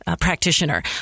practitioner